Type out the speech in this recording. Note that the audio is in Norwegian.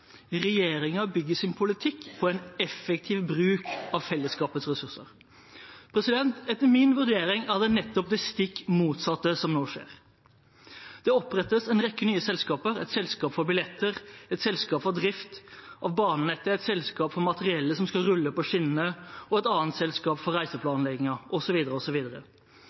bygger sin politikk på en effektiv bruk av fellesskapets ressurser.» Etter min vurdering skjer nå det stikk motsatte. Det opprettes en rekke nye selskaper; et selskap for billetter, et selskap for drift av banenettet, et selskap for materiellet som skal rulle på skinnene, et annet selskap for reiseplanleggingen